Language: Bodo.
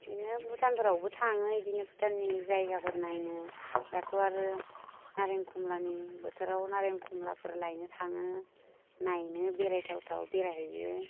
बिदिनो भुटानफोरावबो थाङो बिदिनो भुटाननि जायगाफोर नायनो दाथ' आरो नारें खमलानि बोथाराव नारें खमलाफोर लायनो थाङो नायनो बेरायथाव थाव बेरायहैयो